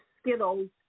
Skittles